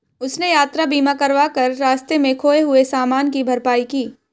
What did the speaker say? उसने यात्रा बीमा करवा कर रास्ते में खोए हुए सामान की भरपाई की